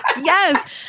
Yes